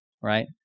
right